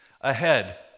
ahead